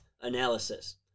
analysis